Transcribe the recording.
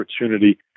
opportunity